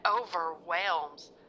overwhelms